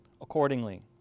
accordingly